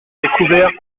découvert